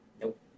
Nope